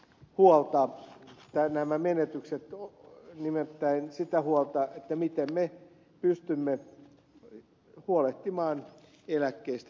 muualta ja nämä menetykset ovat osa sitä huolta siitä miten me pystymme huolehtimaan eläkkeistä tulevaisuudessa